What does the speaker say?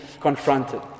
confronted